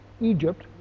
Egypt